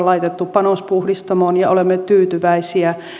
laitettu panospuhdistamoon ja olemme tyytyväisiä